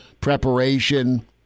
preparation